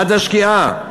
עד השקיעה,